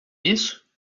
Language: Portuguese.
isso